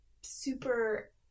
super